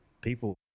people